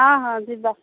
ହଁ ହଁ ଯିବା